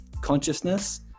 consciousness